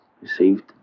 Received